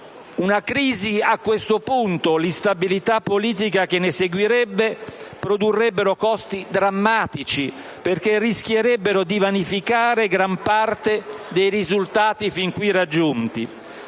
Governo a questo punto e l'instabilità politica che ne seguirebbe produrrebbero costi drammatici, perché rischierebbero di vanificare gran parte dei risultati fin qui raggiunti.